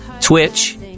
Twitch